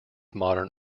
modern